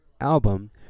album